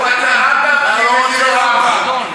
הוא רצה רמב"ם,